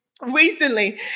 Recently